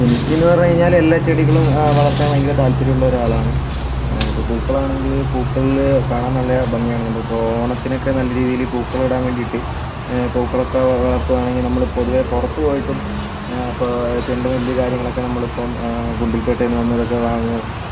എനിക്കെന്ന് പറഞ്ഞ് കഴിഞ്ഞാൽ എല്ലാ ചെടികളും വളർത്താൻ ഭയങ്കര താല്പര്യോള്ളരാളാണ് അപ്പം പൂക്കളാണെങ്കിൽ പൂക്കളെ കാണാൻ നല്ല ഭംഗിയാണ് നമുക്കിപ്പോൾ ഓണത്തിനൊക്കെ നല്ല രീതിയിൽ പൂക്കളം ഇടാൻ വേണ്ടീട്ട് പൂക്കളൊക്കെ വളർത്തുവാണെങ്കിൽ നമ്മളിപ്പോൾ പൊതുവെ പുറത്ത് പോയിട്ടും അപ്പം ചെണ്ടുമല്ലി കാര്യങ്ങളൊക്കെ നമ്മളിപ്പം ഗുണ്ടിൽ പെട്ടേന്ന് വന്നതൊക്കേ വാങ്ങും